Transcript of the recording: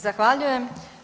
Zahvaljujem.